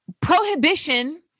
prohibition